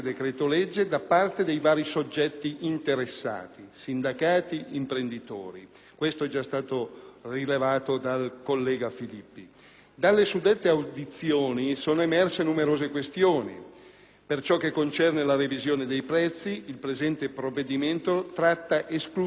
come è già stato rilevato anche dal collega Filippi. Dalle suddette audizioni sono emerse numerose questioni. Per ciò che concerne la revisione dei prezzi, il presente provvedimento tratta esclusivamente l'anno 2008 e, quindi, è stata proposta un'azione emendativa